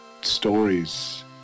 stories